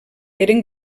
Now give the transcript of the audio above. eren